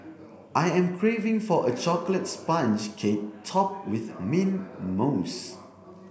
I am craving for a chocolate sponge cake topped with mint mousse